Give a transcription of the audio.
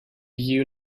you